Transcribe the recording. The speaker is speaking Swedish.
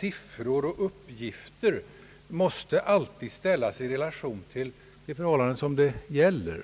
Siffror och uppgifter måste alltid ställas i relation till de aktuella omständigheterna.